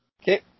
Okay